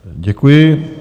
Děkuji.